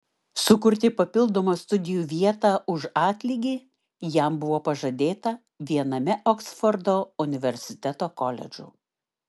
sukurti papildomą studijų vietą už atlygį jam buvo pažadėta viename oksfordo universiteto koledžų